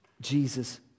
Jesus